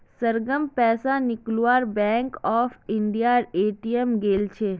सरगम पैसा निकलवा बैंक ऑफ इंडियार ए.टी.एम गेल छ